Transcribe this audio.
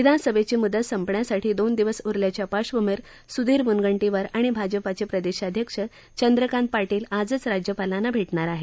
विधानसभेची मुदत संपण्यासाठी दोन दिवस उरल्याच्या पार्श्वभूमीवर सुधीर मुनगंटीवार आणि भाजपाचे प्रदेशाध्यक्ष चंद्रकांत पाटील आजच राज्यपालांना भेटणार आहेत